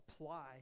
apply